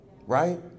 right